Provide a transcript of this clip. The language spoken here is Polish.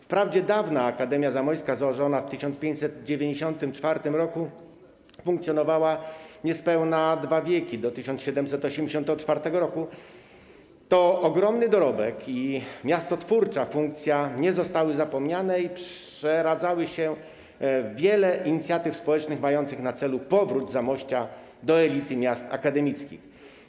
Wprawdzie dawna Akademia Zamojska założona w 1594 r. funkcjonowała niespełna dwa wieki do 1784 r., ale jej ogromny dorobek i miastotwórcza funkcja nie zostały zapomniane i przeradzały się w wiele inicjatyw społecznych mających na celu powrót Zamościa do elity miast akademickich.